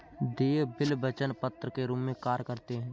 देय बिल वचन पत्र के रूप में कार्य करते हैं